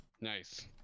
Nice